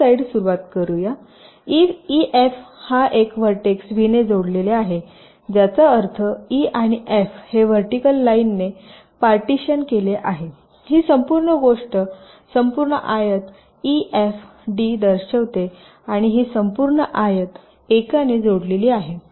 leaf side सुरवात करू ef हे एका व्हर्टेक्स V ने जोडलेले आहे ज्याचा अर्थ e आणि f हे व्हर्टिकल लाईनने पार्टीशीयन केले आहे ही संपूर्ण गोष्ट ही संपूर्ण आयत ef d दर्शवते आणि ही संपूर्ण आयत एका ने जोडलेली आहे